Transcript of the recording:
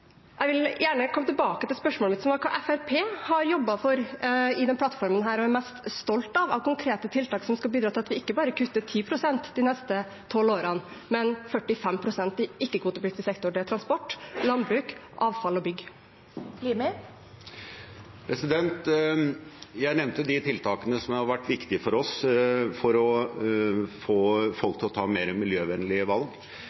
Jeg vil gjerne komme tilbake til spørsmålet mitt: Hva har Fremskrittspartiet jobbet for i denne plattformen, og hva er de mest stolt av når det gjelder konkrete tiltak for at vi ikke bare kutter 10 pst. de neste tolv årene, men 45 pst. i ikke-kvotepliktig sektor – det gjelder transport, landbruk, avfall og bygg? Jeg nevnte de tiltakene som har vært viktige for oss for å få folk til å ta mer miljøvennlige valg.